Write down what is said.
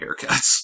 haircuts